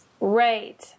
Right